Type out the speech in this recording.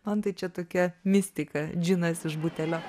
man tai čia tokia mistika džinas iš butelio